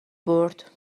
برد